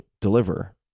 deliver